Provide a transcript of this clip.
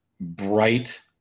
bright